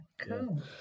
cool